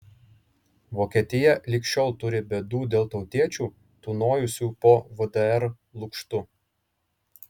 vokietija lig šiol turi bėdų dėl tautiečių tūnojusių po vdr lukštu